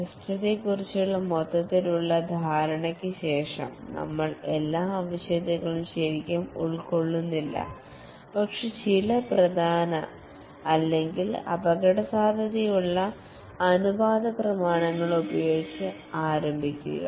സിസ്റ്റത്തെക്കുറിച്ചുള്ള മൊത്തത്തിലുള്ള ധാരണയ്ക്ക് ശേഷം നമ്മൾ എല്ലാ ആവശ്യകതകളും ശരിക്കും ഉൾക്കൊള്ളുന്നില്ല പക്ഷേ ചില പ്രധാന അല്ലെങ്കിൽ അപകടസാധ്യതയുള്ള അനുപാതപ്രമാണങ്ങൾ ഉപയോഗിച്ച് ആരംഭിക്കുക